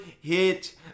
hit